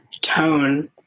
tone